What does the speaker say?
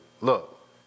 look